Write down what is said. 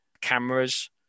cameras